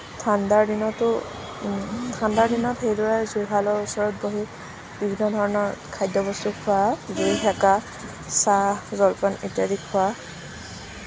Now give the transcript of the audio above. ঠাণ্ডাৰ দিনতো ঠাণ্ডাৰ দিনত সেইদৰে জুহালৰ ওচৰৰ বহি বিভিন্ন ধৰণৰ খাদ্য বস্তু খোৱা জুই সেকা চাহ জলপান ইত্যাদি খোৱা